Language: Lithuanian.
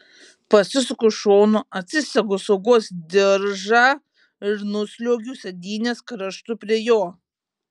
pasisuku šonu atsisegu saugos diržą ir nusliuogiu sėdynės kraštu prie jo